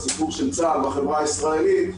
בסיפור של צה"ל בחברה הישראלית,